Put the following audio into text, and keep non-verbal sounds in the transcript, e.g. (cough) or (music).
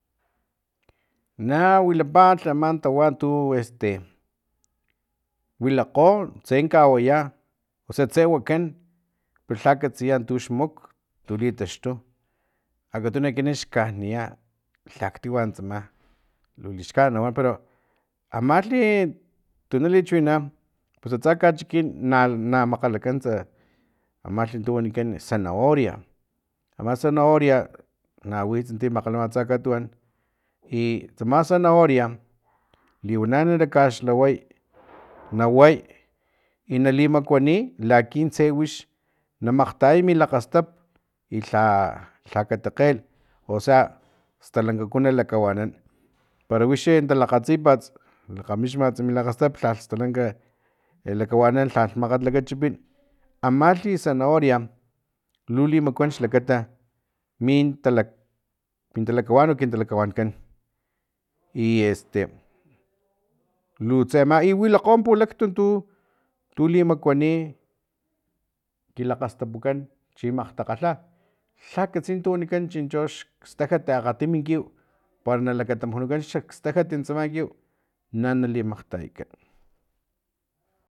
Nawilapa ama tawa tu este wilakgo tse kawaya osea tse wakan palha katsiya tux muk tulitaxtu akatunu ekinan xkaniya lhaktiwa tsama lu lixkanit na wan pero amalhi tu nali chiwinana pus atsa kachikin na makgalakan tsa amalhi tu wanikan zanahoria ama sanahoria na witsi ta makgalama atsa katuwan i tsama zanahoria liwana na lakaxlhaway (noise) na way i nali makuani laki tse wix na makgtayay mi lakgastap i lha lha kati kgel osea stalankaku na lakawanan para wixi talakgatsipats lakgamisma mi lakgastap lhalh stalanka e lakawanan lhalh makgati lakachipin (noise) amalhi zanahoria lu limakuan xlakata min tala min talakawan o lakawanankan i este (noise) lu tse ama i wilakgo pulaktutu tu limakuanai ki lakgastapukan chi makgtakgalha lha katsi tu wanikan chinchi xstajat akgtim kiw para na lakatamaknukan xstajat tsaman kiw na nalimakgtayakan